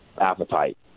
Appetite